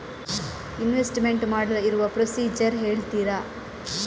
Investment ಮಾಡಲು ಇರುವ procedure ಹೇಳ್ತೀರಾ?